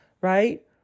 right